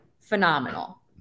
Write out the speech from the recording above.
phenomenal